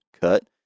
cut